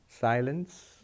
silence